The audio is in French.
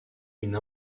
une